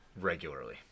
regularly